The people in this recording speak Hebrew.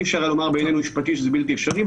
אי-אפשר היה לומר, בעיניי, משפטית שזה בלתי אפשרי.